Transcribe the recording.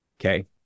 okay